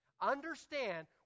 Understand